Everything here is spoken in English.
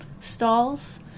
stalls